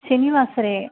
शनिवासरे